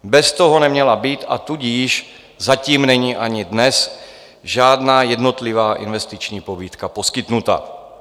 Bez toho neměla být a tudíž zatím není ani dnes žádná jednotlivá investiční pobídka poskytnuta.